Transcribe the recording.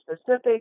specific